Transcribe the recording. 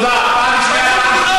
פעם שנייה.